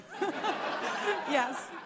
Yes